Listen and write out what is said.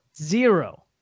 Zero